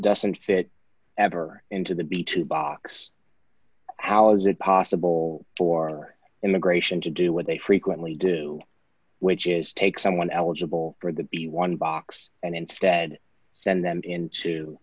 doesn't fit ever into the b two box how is it possible for our immigration to do what they frequently do which is take someone eligible for the b one box and instead send them into